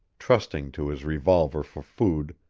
trusting to his revolver for food,